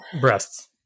breasts